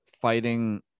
fighting